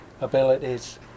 abilities